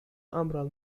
أمر